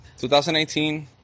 2018